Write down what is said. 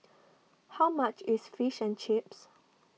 how much is Fish and Chips